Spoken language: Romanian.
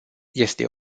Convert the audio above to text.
este